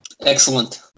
Excellent